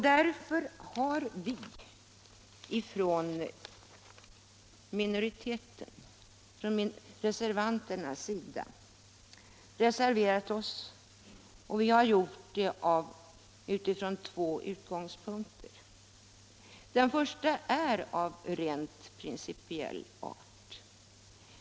Därför har vi på socialdemokratiskt håll reserverat oss, och vi har gjort det utifrån två utgångspunkter. Den första är av rent principiell art.